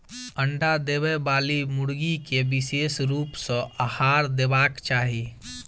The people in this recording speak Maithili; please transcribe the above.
अंडा देबयबाली मुर्गी के विशेष रूप सॅ आहार देबाक चाही